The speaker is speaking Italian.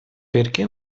perché